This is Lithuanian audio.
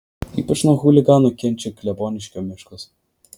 ypač nuo chuliganų kenčia kleboniškio miškas